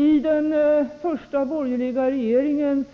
I den första borgerliga regeringens